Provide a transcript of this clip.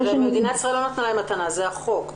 מדינת ישראל לא נתנה להם מתנה, זה החוק.